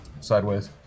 sideways